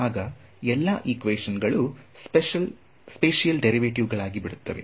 ಆಗ ಎಲ್ಲಾ ಎಕ್ವಾಷನ್ಸ್ ಗಳು ಸ್ಪೆಸಿಎಲ್ ಡೇರಿವೆಟಿವ್ ಗಳಾಗಿ ಬಿಡುತ್ತವೆ